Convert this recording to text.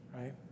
Right